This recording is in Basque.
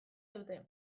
dute